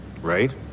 Right